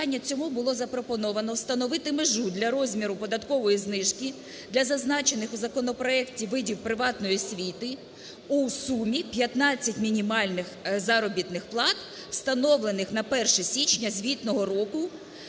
запобігання цьому було запропоновано встановити межу для розміру податкової знижки для зазначених у законопроекті видів приватної освіти у сумі 15 мінімальних заробітних плат, встановлених на 1 січня звітного року